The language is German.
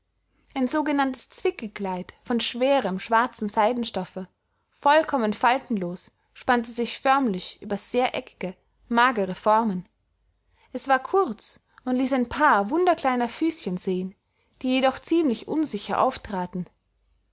ein sogenanntes zwickelkleid von schwerem schwarzen seidenstoffe vollkommen faltenlos spannte sich förmlich über sehr eckige magere formen es war kurz und ließ ein paar wunderkleiner füßchen sehen die jedoch ziemlich unsicher auftraten